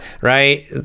right